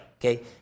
Okay